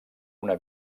una